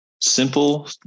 Simple